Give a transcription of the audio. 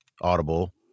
Audible